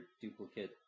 duplicate